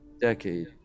decade